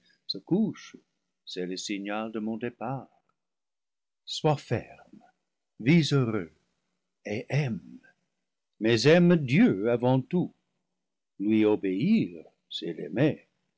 se couche c'est le signal de mon départ sois ferme vis heureux et aime mais aime dieu avant tout lui obéir c'est